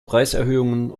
preiserhöhungen